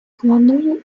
планує